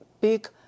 big